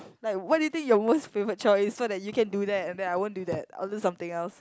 like what do you think your most favourite chore is so that you can do that and then I won't do that I'll do something else